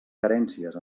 carències